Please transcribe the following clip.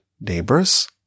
neighbors